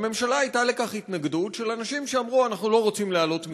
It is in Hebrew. בממשלה הייתה לכך התנגדות של אנשים שאמרו: אנחנו לא רוצים להעלות מסים.